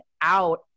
out